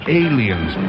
aliens